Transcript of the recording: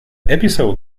episode